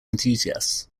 enthusiasts